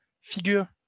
figure